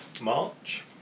March